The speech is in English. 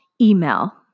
email